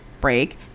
break